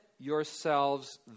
yourselves